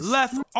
Left